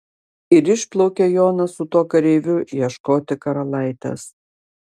ir išplaukė jonas su tuo kareiviu ieškoti karalaitės